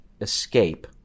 escape